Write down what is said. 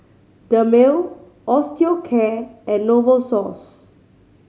Dermale Osteocare and Novosource